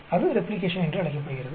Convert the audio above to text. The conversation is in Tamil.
அது ரெப்ளிகேஷன் என்று அழைக்கப்படுகிறது